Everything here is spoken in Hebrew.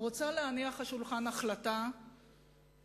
רוצה להניח על השולחן החלטה שפוגעת,